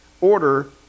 order